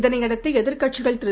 இதனையடுத்துஎதிர்கட்சிகள் திரு